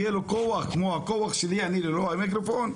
יהיה לו כוח כמו הכוח שלי אני ללא המיקרופון?